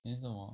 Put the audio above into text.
then 什么